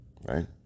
Right